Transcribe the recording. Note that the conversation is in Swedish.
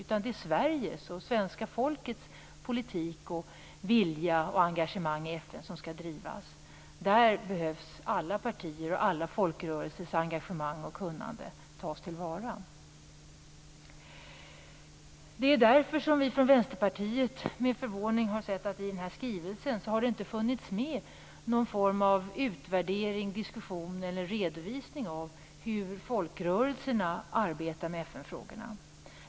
Det är i stället Sveriges och svenska folkets politik, vilja och engagemang i FN som skall drivas. Där behöver alla partiers och alla folkrörelsers engagemang och kunnande tas till vara. Därför har vi från Vänsterpartiet med förvåning sett att i den här skrivelsen finns det inte med någon form av utvärdering, diskussion eller redovisning av hur folkrörelserna arbetar med FN-frågorna.